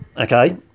okay